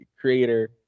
creator